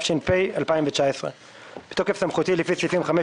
התש"ף-2019 בתוקף סמכותי לפי סעיפים 5,